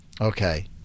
Okay